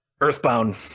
Earthbound